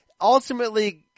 Ultimately